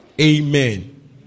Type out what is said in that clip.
Amen